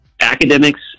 academics